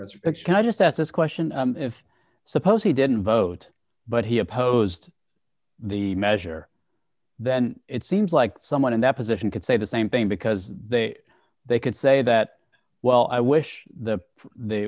resurrection i just ask this question if suppose he didn't vote but he opposed the measure then it seems like someone in that position could say the same thing because they they could say that well i wish the the